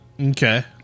Okay